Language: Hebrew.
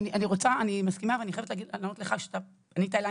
אני מסכימה ואני חייבת לענות לך אתה ענית לי,